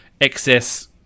excess